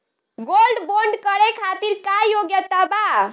Gold bond करे खातिर का योग्यता बा?